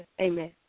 amen